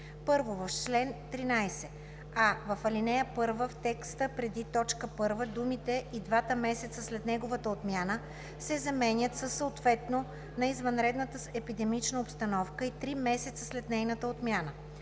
1. В чл. 13: а) в ал. 1 в текста преди т. 1 думите „и два месеца след неговата отмяна“ се заменят със „съответно на извънредната епидемична обстановка и три месеца след нейната отмяна“,